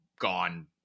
gone